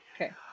Okay